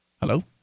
Hello